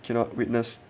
cannot witness